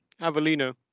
avelino